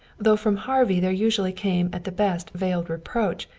though from harvey there usually came at the best veiled reproach,